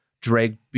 drag